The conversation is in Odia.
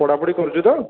ପଢ଼ାପଢ଼ି କରୁଛି ତ